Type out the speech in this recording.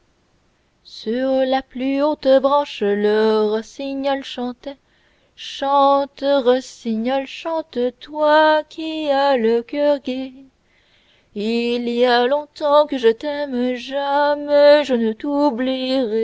sur la plus haute branche le rossignol chantait chante rossignol chante toi qui as le coeur gai il y a longtemps que je t'aime